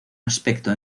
aspecto